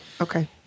Okay